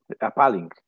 appalling